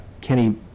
Kenny